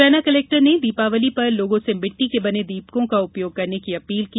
Morena collector ने दीपावली पर लोगों से मिट्टी के बने दीपकों का उपयोग करने की अपील की